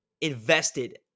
invested